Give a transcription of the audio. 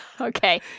okay